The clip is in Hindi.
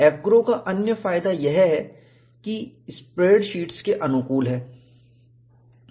AFGROW का अन्य फायदा यह है की है स्प्रेडशीट्स के अनुकूल है